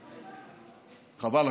חבל,